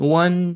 one